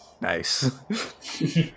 Nice